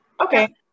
okay